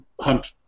hunt